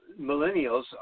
millennials